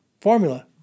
formula